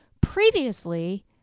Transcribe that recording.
Previously